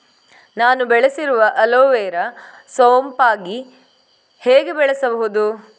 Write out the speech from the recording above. ನಾನು ಬೆಳೆಸಿರುವ ಅಲೋವೆರಾ ಸೋಂಪಾಗಿ ಹೇಗೆ ಬೆಳೆಸಬಹುದು?